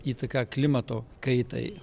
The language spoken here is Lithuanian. įtaką klimato kaitai